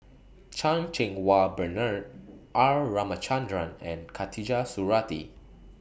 Chan Cheng Wah Bernard R Ramachandran and Khatijah Surattee